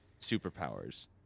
superpowers